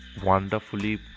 Wonderfully